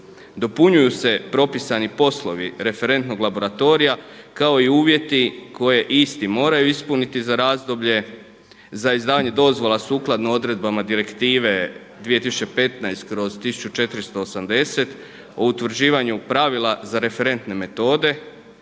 Dopunjuju se propisani poslovi referentnog laboratorija kao i uvjeti koje isti moraju ispuniti za razdoblje, za izdavanje dozvola sukladno odredbama direktive 2015./1480 o utvrđivanju pravila za referentne metode,